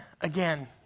again